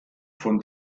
von